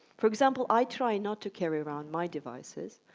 for example, i try not to carry around my devices,